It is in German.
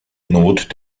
not